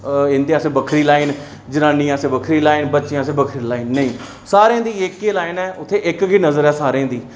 इं'दे आस्तै बक्खरी लाइन जनानिएं आस्तै बक्खरी लाइन बच्चें आस्तै बक्खरी लाइन नेईं सारे दी इक ई लाइन ऐ उत्थै इक गै नजर ऐ सारें दी